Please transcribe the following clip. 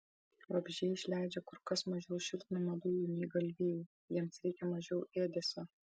vabzdžiai išleidžia kur kas mažiau šiltnamio dujų nei galvijai jiems reikia mažiau ėdesio